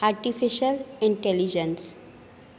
artificial intelligence